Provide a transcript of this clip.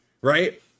right